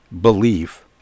belief